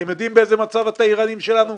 אתם יודעים באיזה מצב התיירנים שלנו,